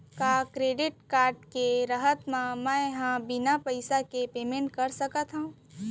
का credit card के रहत म, मैं ह बिना पइसा के पेमेंट कर सकत हो?